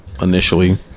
initially